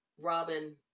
robin